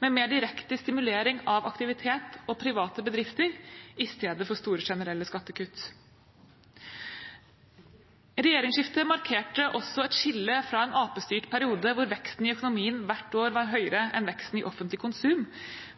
med mer direkte stimulering av aktivitet og private bedrifter i stedet for store, generelle skattekutt. Regjeringsskiftet markerte også et skille fra en arbeiderpartistyrt periode hvor veksten i økonomien hvert år var høyere enn veksten i offentlig konsum,